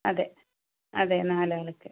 അതെ അതെ നാലാൾക്ക്